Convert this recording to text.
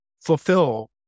fulfill